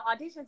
auditions